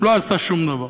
לא עשה שום דבר.